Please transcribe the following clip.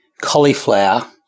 cauliflower